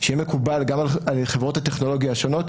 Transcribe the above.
שיהיה מקובל גם על חברות הטכנולוגיה השונות,